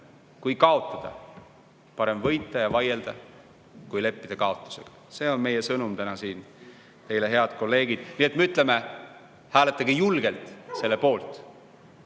kui kaotada. Parem võita ja vaielda kui leppida kaotusega. See on meie sõnum täna siin teile, head kolleegid. Nii et meie ütleme: hääletage julgelt selle eelnõu